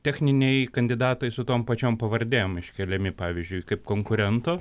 techniniai kandidatai su tom pačiom pavardėm iškeliami pavyzdžiui kaip konkurento